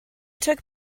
took